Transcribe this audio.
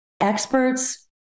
experts